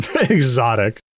Exotic